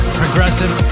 progressive